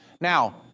Now